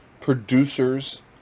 producer's